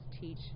teach